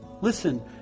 Listen